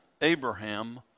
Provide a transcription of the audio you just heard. Abraham